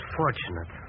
fortunate